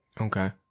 Okay